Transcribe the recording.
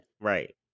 right